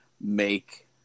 make